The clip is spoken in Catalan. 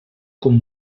com